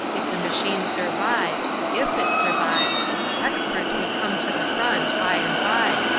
if the machine survived if it survived experts would come to the front, by and by,